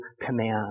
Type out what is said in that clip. command